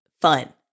fun